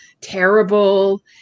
terrible